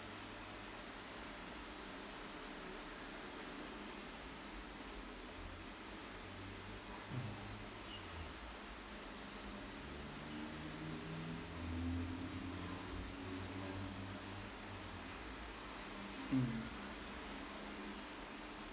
mm